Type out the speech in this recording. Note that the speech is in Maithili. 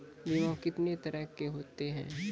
बीमा कितने तरह के होते हैं?